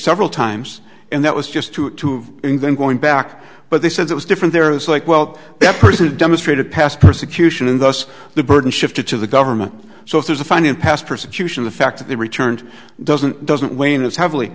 several times and that was just to move in then going back but they said it was different there is like well that person demonstrated past persecution in the us the burden shifted to the government so if there's a fine in past persecution the fact that they returned doesn't doesn't wane as heavily